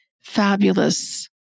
fabulous